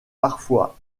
parfois